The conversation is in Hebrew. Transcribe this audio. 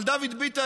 אבל דוד ביטן,